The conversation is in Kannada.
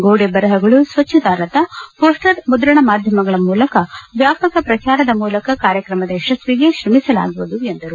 ಗೋಡೆ ಬರಹಗಳು ಸ್ವಚ್ಚತಾ ರಥಾ ಪೋಸ್ವರ್ ಮುದ್ರಣ ಮಾಧ್ಯಮಗಳ ಮೂಲಕ ವ್ಯಾಪಕ ಪ್ರಚಾರದ ಮೂಲಕ ಕಾರ್ಯಕ್ರಮ ಯಶಸ್ಸಿಗೆ ಶ್ರಮಿಸಲಾಗುವುದು ಎಂದರು